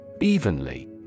Evenly